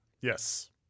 Yes